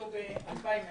אנחנו ב-2020,